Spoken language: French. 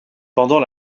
pendant